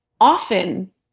often